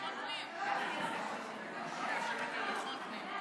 פיקוח אלקטרוני על אדם שהוצא כנגדו צו